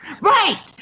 Right